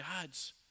God's